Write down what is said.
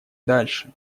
дальше